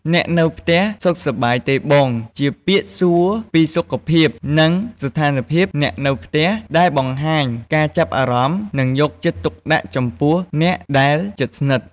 អ្នកនៅផ្ទះសុខសប្បាយទេបង? ជាពាក្យសួរពីសុខភាព និងស្ថានភាពអ្នកនៅផ្ទះ ដែលបង្ហាញការចាប់អារម្មណ៍ និងយកចិត្តទុកដាក់ចំពោះអ្នកដែលជិតស្និទ្ធ។